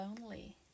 lonely